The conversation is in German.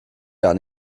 gar